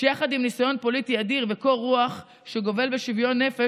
שיחד עם ניסיון פוליטי אדיר וקור רוח שגובל בשוויון נפש,